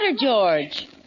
George